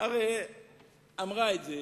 הרי אמרה את זה